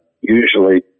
usually